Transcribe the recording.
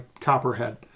Copperhead